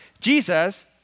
jesus